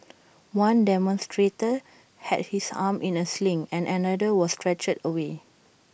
one demonstrator had his arm in A sling and another was stretchered away